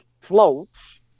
floats